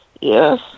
Yes